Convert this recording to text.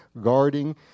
guarding